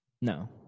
No